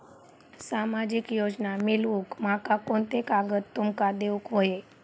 सामाजिक योजना मिलवूक माका कोनते कागद तुमका देऊक व्हये?